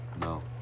No